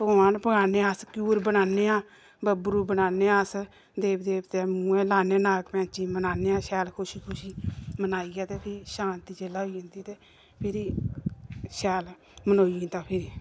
पकवान पकाने अस घ्यूर बनाने आं बब्बरू बनाने आं अस देवी देवतें मूहें ई लाने नाग पंचमी मनाने आं शैल खुशी खुशी मनाइयै ते फ्ही शांति जेल्लै होई जंदी ते फिरी शैल मनोई जंदा फिरी